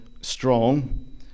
strong